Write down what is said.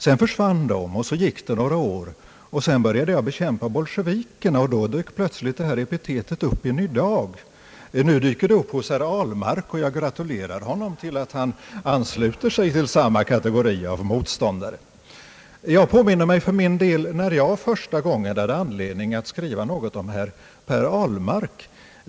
Sedan försvann de, och så gick det några år. Därpå började jag bekämpa bolsjevikerna, och då dök detta epitet upp i Ny Dag. Nu dyker det upp hos herr Ahlmark, och jag gratulerar honom till att han ansluter sig till samma kategori av motståndare. Jag påminner mig för min del när jag för första gången hade anledning att skriva något om herr Per Ahlmark.